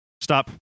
stop